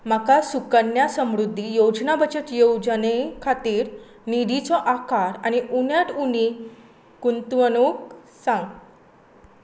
म्हाका सुकन्या समृद्धी योजना बचत येवजणे खातीर निधीचो आकार आनी उण्यांत उणी गुंतवणूक सांग